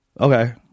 okay